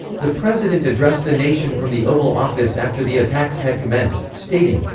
the president addressed the nation from the oval office after the attacks had commenced, stating,